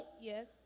Yes